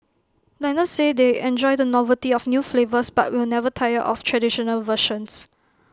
diners say they enjoy the novelty of new flavours but will never tire of traditional versions